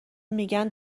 میگن